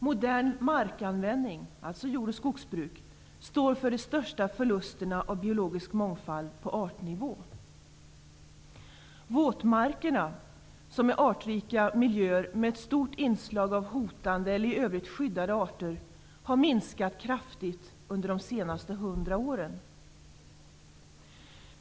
Modern markanvändning, dvs. jord och skogsbruk, står för de största förlusterna av biologisk mångfald på artnivå. Våtmarkerna -- artrika miljöer med ett stort inslag av hotade eller i övrigt skyddade arter -- har minskat kraftigt under de senaste 100 åren.